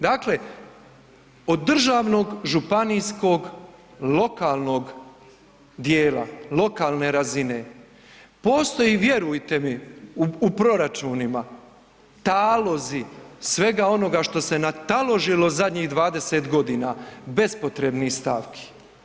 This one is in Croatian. Dakle, od državnog, županijskog, lokalnog dijela, lokalne razine postoji vjerujte mi u proračunima talozi svega onoga što se nataložilo zadnji 20 godina bespotrebnih stavki.